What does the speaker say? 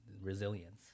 resilience